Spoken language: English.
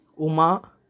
Uma